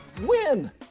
Win